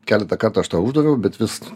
keletą kartų aš tau uždaviau bet vis